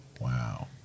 Wow